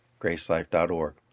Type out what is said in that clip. gracelife.org